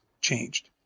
changed